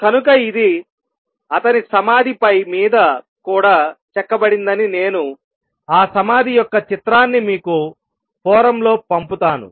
కనుక ఇది అతని సమాధిపై మీద కూడా చెక్కబడిందని నేను ఆ సమాధి యొక్క చిత్రాన్ని మీకు ఫోరమ్ లో పంపుతాను